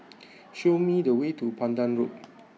show me the way to Pandan Loop